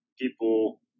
people